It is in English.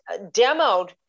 demoed